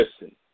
listen